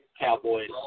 Cowboys